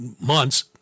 months